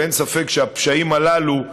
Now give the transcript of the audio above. אין ספק שהפשעים הללו,